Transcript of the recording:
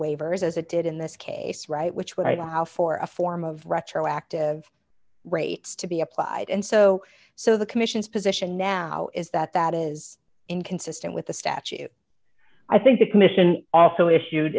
waivers as it did in this case right which what i how for a form of retroactive rates to be applied and so so the commission's position now is that that is inconsistent with the statute i think the commission also issued